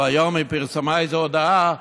והיום היא פרסמה איזו הודעה,